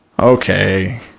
Okay